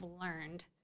learned